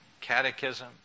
catechism